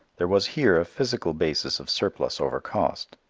there was here a physical basis of surplus over cost.